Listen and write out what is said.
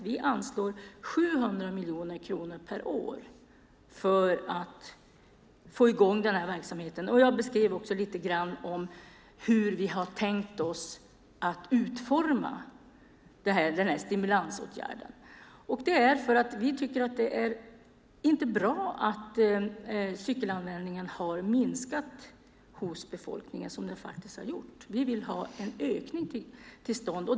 Vi anslår 700 miljoner kronor per år för att få i gång verksamheten. Jag beskrev också hur vi har tänkt oss att utforma denna stimulansåtgärd. Vi tycker inte att det är bra att cykelanvändningen har minskat. Vi vill ha en ökning.